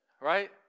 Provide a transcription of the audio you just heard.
Right